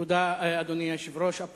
אדוני היושב-ראש, תודה.